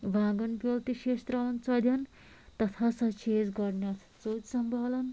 وانٛگَن بیٛول تہِ چھِ أسۍ ترٛاوان ژوٚدیٚن تَتھ ہسا چھِ أسۍ گۄڈٕنیٚتھ ژوٚدۍ سمبالان